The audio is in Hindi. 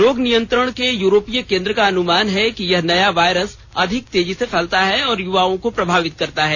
रोग नियंत्रण के यूरोपीय केंद्र का अनुमान है कि यह नया वायरस अधिक तेजी से फैलता है और युवाओं को प्रभावित करता है